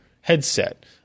headset